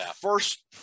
first